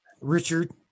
Richard